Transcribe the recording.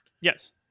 Yes